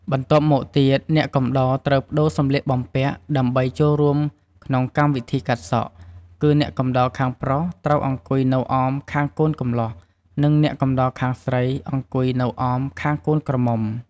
បន្ទាប់មកទៀតអ្នកកំដរត្រូវប្តូរសម្លៀកបំពាក់ ដើម្បីចូលរួមក្នុងកម្មវិធីកាត់សក់ គឺអ្នកកំដរខាងប្រុសត្រូវអង្គុយនៅអមខាងកូនកម្លោះនិងអ្នកកំដរខាងស្រីអង្គុយនៅអមខាងកូនក្រមុំ។